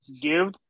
give